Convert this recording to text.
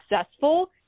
successful